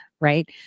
right